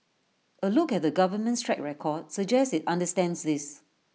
A look at the government's track record suggests IT understands this